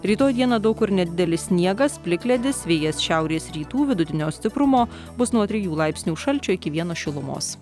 rytoj dieną daug kur nedidelis sniegas plikledis vėjas šiaurės rytų vidutinio stiprumo bus nuo trijų laipsnių šalčio iki vieno šilumos